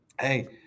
hey